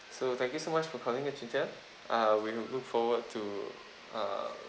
so thank you so much for calling ah cynthia uh we look forward to uh